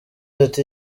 ati